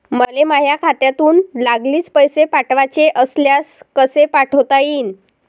मले माह्या खात्यातून लागलीच पैसे पाठवाचे असल्यास कसे पाठोता यीन?